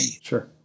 Sure